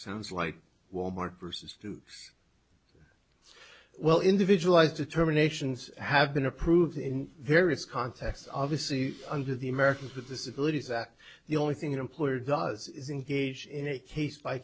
sounds like wal mart versus boots well individualized determinations have been approved in various contexts obviously under the americans with disabilities act the only thing an employer does is engage in a case by